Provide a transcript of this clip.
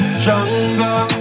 stronger